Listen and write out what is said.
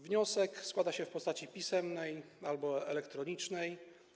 Wniosek składa się w postaci pisemnej albo elektronicznej.